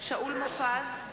שאול מופז,